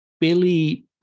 Billy